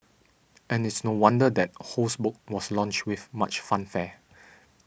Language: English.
and it's no wonder that Ho's book was launched with much fanfare